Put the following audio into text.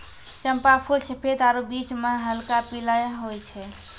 चंपा फूल सफेद आरु बीच मह हल्क पीला होय छै